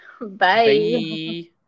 Bye